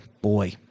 boy